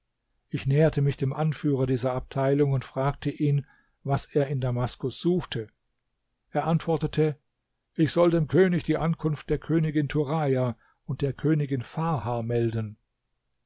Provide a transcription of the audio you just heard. ich näherte mich dem anführer dieser abteilung und fragte ihn was er in damaskus suchte er antwortete ich soll dem könig die ankunft der königin turaja und der königin farha melden